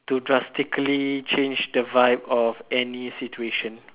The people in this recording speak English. to drastically change the vibe of any situation